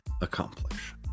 accomplish